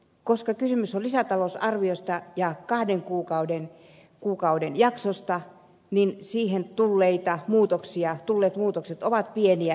koska kysymys on lisätalousarviosta ja kahden kuukauden jaksosta niin siihen tulleet muutokset ovat pieniä